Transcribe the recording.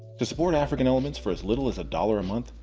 to support african elements for as little as a dollar a month,